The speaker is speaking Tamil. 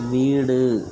வீடு